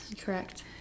Correct